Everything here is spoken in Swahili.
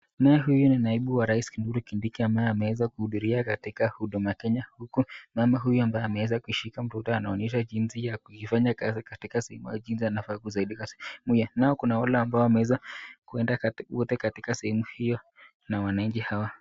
Naye huyu ni naibu wa rai Kithure Kindike ambaye ameweza kuhudhuria katika huduma Kenya huku mama huyu ambaye ameweza kushika mtoto anaonyesha jinsi ya kufanya kazi katika sehemu hii au jinsi anafaa kusaidika, nao kuna wale ambao wameweza kuenda wote katika sehemu hio na wananchi hawa.